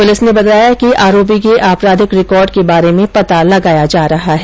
police ने बताया कि आरोपी के अपराधिक रिकॉर्ड के बारे में पता लगाया जा रहा है